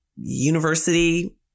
university